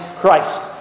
Christ